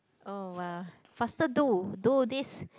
oh !wah! faster do do this